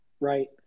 right